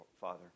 Father